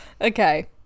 Okay